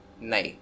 no